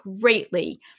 greatly